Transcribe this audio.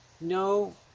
No